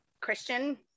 christian